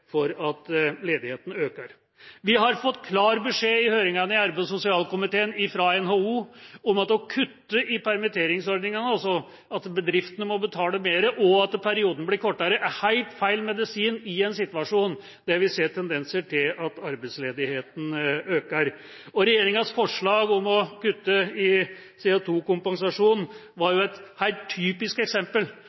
for at ledigheten øker. Vi har fått klar beskjed i høringene i arbeids- og sosialkomiteen fra NHO om at å kutte i permitteringsordningen, altså at bedriftene må betale mer og perioden blir kortere, er helt feil medisin i en situasjon der vi ser tendenser til at arbeidsledigheten øker. Og regjeringas forslag om å kutte i CO2-kompensasjonen er et helt typisk eksempel